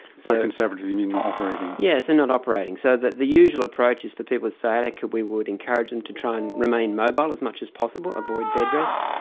so conservative you mean not operating. yes, and not operating. so the usual approach is for people with sciatica we would encourage them to try and remain mobile as much as possible, avoid bed rest.